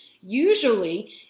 Usually